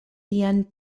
lian